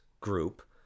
group